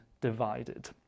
divided